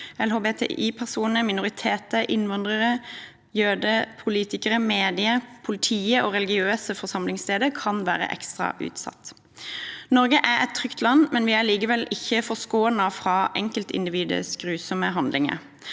LHBTI-personer, minoriteter, innvandrere, jøder, politikere, medier, politiet og religiøse forsamlinger kan være ekstra utsatt. Norge er et trygt land, men vi er likevel ikke forskånet fra enkeltindividets grusomme handlinger.